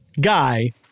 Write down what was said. guy